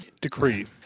decree